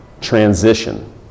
transition